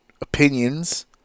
opinions